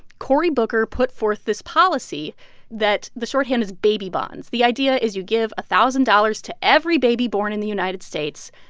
cory booker put forth this policy that the shorthand is baby bonds. the idea is you give a thousand dollars to every baby born in the united states.